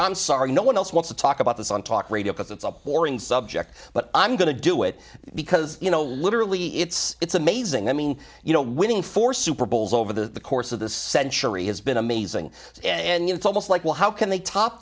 i'm sorry no one else wants to talk about this on talk radio because it's a boring subject but i'm going to do it because you know literally it's it's amazing i mean you know winning four super bowls over the course of the century has been amazing and it's almost like well how can they top